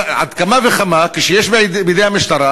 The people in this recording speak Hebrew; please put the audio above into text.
על אחת כמה וכמה כשיש בידי המשטרה